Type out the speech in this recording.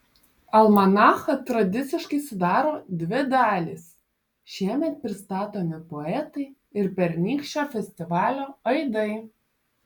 almanachą tradiciškai sudaro dvi dalys šiemet pristatomi poetai ir pernykščio festivalio aidai